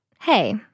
hey